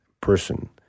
person